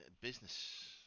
Business